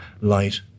light